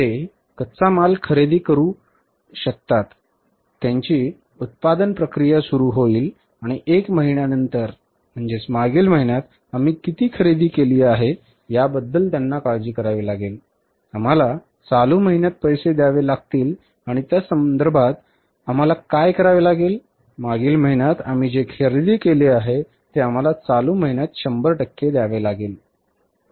ते कच्चा माल खरेदी करू शकतात त्यांची उत्पादन प्रक्रिया सुरू होईल आणि 1 महिन्यानंतर मागील महिन्यात आम्ही किती खरेदी केली याबद्दल त्यांना काळजी करावी लागेल आम्हाला चालू महिन्यात पैसे द्यावे लागतील आणि त्या संदर्भात आम्हाला काय करावे लागेल मागील महिन्यात आम्ही जे खरेदी केले ते आम्हाला चालू महिन्यात १०० टक्के द्यावे लागेल